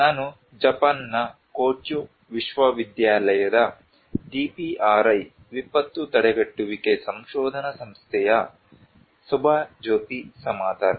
ನಾನು ಜಪಾನ್ನ ಕ್ಯೋಟೋ ವಿಶ್ವವಿದ್ಯಾಲಯದ DPRI ವಿಪತ್ತು ತಡೆಗಟ್ಟುವಿಕೆ ಸಂಶೋಧನಾ ಸಂಸ್ಥೆಯ ಸುಭಾಜ್ಯೋತಿ ಸಮದ್ದಾರ್